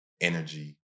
energy